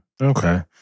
Okay